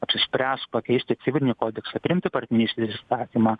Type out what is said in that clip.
apsispręs pakeisti civilinį kodeksą priimti partnerystės įstatymą